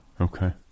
Okay